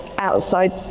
outside